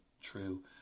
true